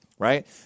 Right